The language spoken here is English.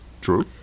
True